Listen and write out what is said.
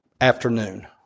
afternoon